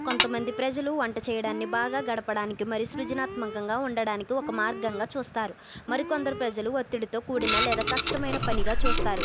కొంతమంది ప్రజలు వంట చేయడాన్నీ బాగా గడపడానికి మరి సృజనాత్మకంగా ఉండడానికి ఒక మార్గంగా చూస్తారు మరికొందరు ప్రజలు ఒత్తిడితో కూడిన లేదా కష్టమైన పనిగా చూస్తారు